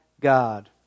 God